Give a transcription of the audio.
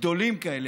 גדולים כאלה,